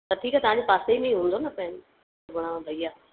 त ठीकु आहे तव्हांजे पासे ई हूंदो न पैंट वारो भैया